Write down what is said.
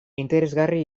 interesgarri